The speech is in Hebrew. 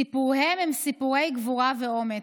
סיפוריהם הם סיפורי גבורה ואומץ,